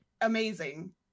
Amazing